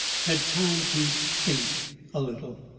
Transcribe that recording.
had time to think a little.